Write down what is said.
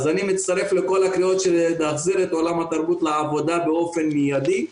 אז אני מצטרף לכל הקריאות להחזיר את עולם התרבות לעבודה באופן מידי,